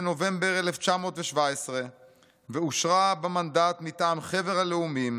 בנובמבר 1917 ואושרה במנדט מטעם חבר הלאומים,